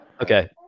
Okay